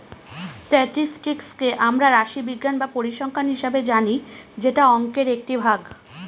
স্ট্যাটিসটিককে আমরা রাশিবিজ্ঞান বা পরিসংখ্যান হিসাবে জানি যেটা অংকের একটি ভাগ